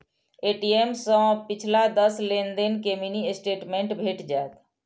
ATM सं पिछला दस लेनदेन के मिनी स्टेटमेंट भेटि जायत